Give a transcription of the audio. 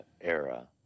era